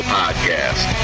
podcast